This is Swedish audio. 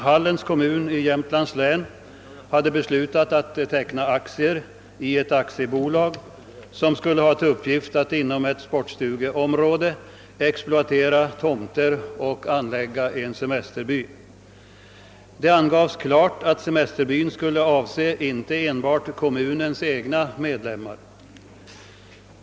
Hallens kommun i Jämtlands län hade då beslutat teckna aktier i ett bolag, som skulle ha till uppgift att inom ett sportstugeområde exploatera tomter och anlägga en semesterby. Det angavs klart att semesterbyn skulle utnyttjas inte enbart av kommunens egna medlemmar.